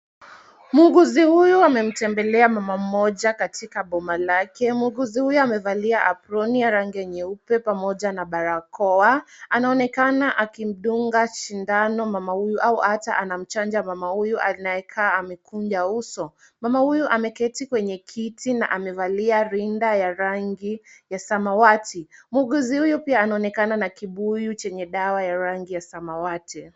Muuguzi huyu amemtembelea mama mmoja katika boma lake. Muuguzi huyu amevalia aproni ya rangi nyeupe pamoja na barakoa. Anaonekana akimdunga sindano mama huyu au hata anamchanja mama huyu anayekaa amekunja uso. Mama huyu ameketi kwenye kiti na amevalia rinda ya rangi ya samawati. Muuguzi huyu pia anaonekana na kibuyu chenye dawa ya rangi ya samawati.